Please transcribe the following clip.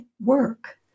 work